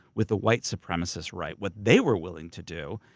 with the white supremacist right, what they were willing to do,